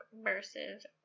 versus